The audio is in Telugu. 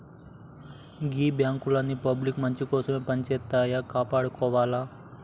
గీ బాంకులన్నీ పబ్లిక్ మంచికోసమే పనిజేత్తన్నయ్, కాపాడుకోవాల